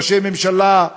ראשי ממשלה,